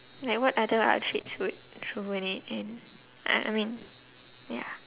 like what other outfits would ruin it and uh I mean yeah